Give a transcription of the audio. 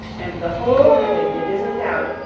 and the whole had been bedizened out,